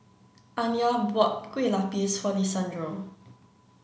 Anya bought Kueh Lapis for Lisandro